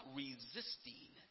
resisting